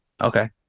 okay